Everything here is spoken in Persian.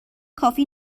کافی